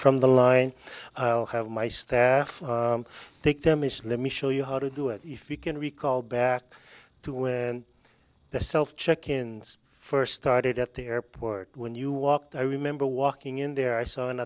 from the line i'll have my staff take them is let me show you how to do it if you can recall back to when the self check in first started at the airport when you walked i remember walking in there i saw an